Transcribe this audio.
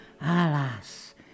Alas